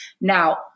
Now